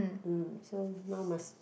mm so now must